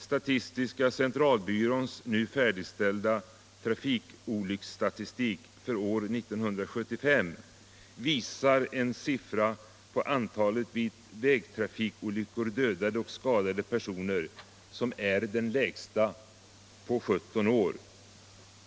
Statistiska centralbyråns nu färdigställda trafikolycksfallsstatistik för år 1975 visar en siffra på antalet vid vägtrafikolyckor dödade och skadade personer som är den lägsta på 17 år.